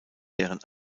deren